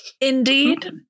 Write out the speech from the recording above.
Indeed